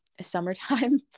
summertime